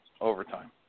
overtime